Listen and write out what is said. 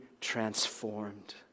transformed